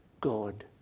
God